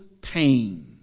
pain